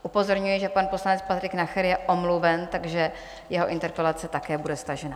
Upozorňuji, že pan poslanec Patrik Nacher je omluven, takže jeho interpelace také bude stažena.